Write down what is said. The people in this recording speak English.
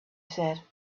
said